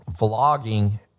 Vlogging